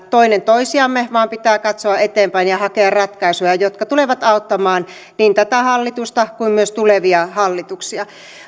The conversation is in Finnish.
toinen toisiamme vaan pitää katsoa eteenpäin ja hakea ratkaisuja jotka tulevat auttamaan niin tätä hallitusta kuin myös tulevia hallituksia